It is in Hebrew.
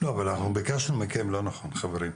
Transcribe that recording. חברים,